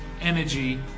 energy